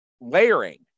layering